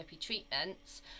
treatments